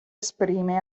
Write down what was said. esprime